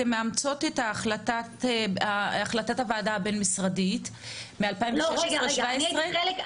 שאתן מאמצות את החלטת הוועדה הבין משרדית מ-2016-2017 --- לא,